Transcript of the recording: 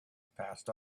passed